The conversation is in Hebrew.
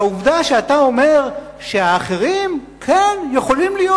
העובדה שאתה אומר שהאחרים "כן יכולים להיות.